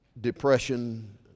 depression